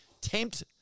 tempt